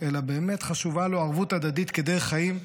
אלא באמת חשובה לו ערבות הדדית כדרך חיים,